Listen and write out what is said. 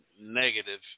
negative